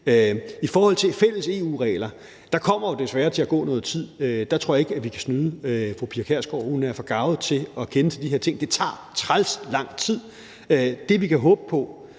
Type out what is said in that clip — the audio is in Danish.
I forhold til fælles EU-regler kommer der desværre til at gå noget tid. Der tror jeg ikke vi kan snyde. Fru Pia Kjærsgaard er så garvet, at hun kender til de her ting. Det tager træls lang tid. Det, vi kan håbe på,